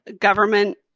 government